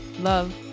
love